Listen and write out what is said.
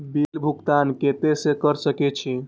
Bill भुगतान केते से कर सके छी?